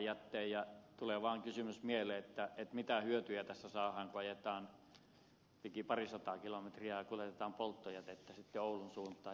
tulee vaan mieleen kysymys mitä hyötyjä tässä saadaan kun ajetaan liki parisataa kilometriä ja kuljetetaan polttojätettä oulun suuntaan